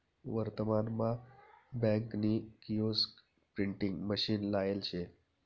वर्तमान मा बँक नी किओस्क प्रिंटिंग मशीन लायेल शे